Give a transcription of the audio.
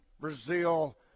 Brazil